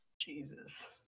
Jesus